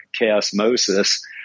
chaosmosis